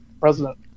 President